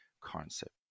concept